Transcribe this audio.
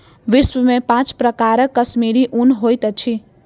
विश्व में पांच प्रकारक कश्मीरी ऊन होइत अछि